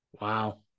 Wow